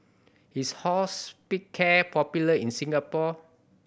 is Hospicare popular in Singapore